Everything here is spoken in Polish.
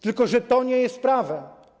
Tylko że to nie jest prawem.